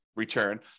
return